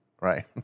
right